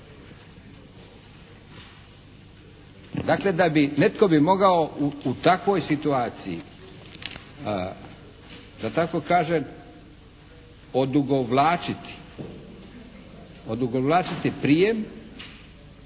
da bi, netko bi mogao u takvoj situaciji da tako kažem odugovlačiti prijem